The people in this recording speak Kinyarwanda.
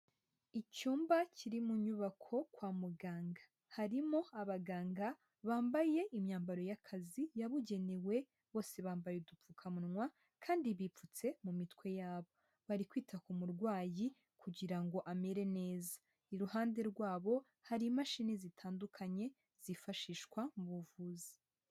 Icyumba kiri mu nyubako kwa muganga, harimo abaganga bambaye imyambaro y'akazi yabugenewe, bose bambaye udupfukamunwa, kandi bipfutse mu mitwe yabo, bari kwita ku murwayi kugira ngo amere neza, iruhande rwabo hari imashini zitandukanye zifashishwa mu buvuzi.